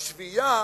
בשביעייה,